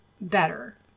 better